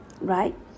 right